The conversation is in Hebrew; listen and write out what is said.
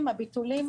לביטולים